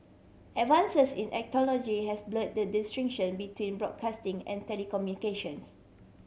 advances in has blur the distinction between broadcasting and telecommunications